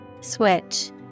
Switch